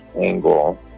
angle